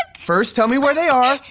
first tell me where they are.